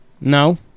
No